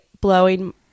blowing